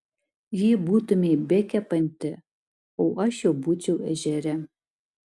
jau būtumei bekepanti o aš jau būčiau ežere